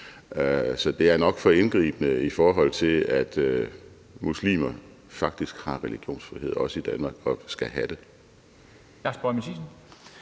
Så det er nok for indgribende, i forhold til at muslimer faktisk har religionsfrihed, også i Danmark, og skal have det.